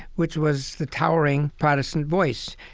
which was the towering protestant voice.